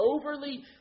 overly